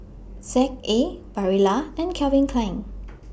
Z A Barilla and Calvin Klein